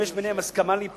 אם יש ביניהם הסכמה להיפרד,